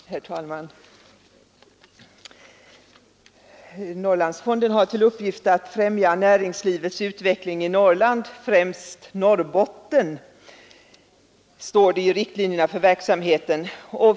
Herr talman! Norrlandsfonden har till uppgift att främja näringslivets utveckling i Norrland, främst Norrbotten, står det i riktlinjerna för verksamheten.